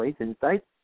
insights